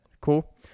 cool